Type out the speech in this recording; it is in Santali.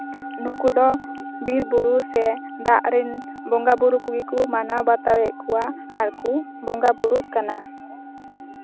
ᱱᱩᱠᱩ ᱫᱚ ᱵᱤᱨ ᱵᱩᱨᱩ ᱥᱮ ᱫᱟᱜ ᱨᱮᱱ ᱵᱚᱸᱜᱟᱼᱵᱳᱨᱳ ᱠᱚᱜᱮ ᱠᱚ ᱢᱟᱱᱟᱣ ᱵᱟᱛᱟᱣᱮᱜ ᱠᱚᱣᱟ ᱟᱨ ᱠᱚ ᱵᱚᱸᱜᱟᱼᱵᱳᱨᱳᱜ ᱠᱟᱱᱟ